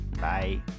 Bye